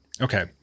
Okay